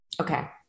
Okay